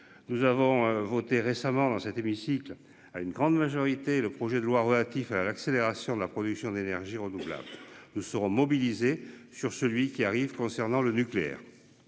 nous avons voté récemment dans cet hémicycle à une grande majorité le projet de loi relatif à l'accélération de la production d'énergies renouvelables nous serons mobilisés sur celui qui arrive. Concernant le nucléaire.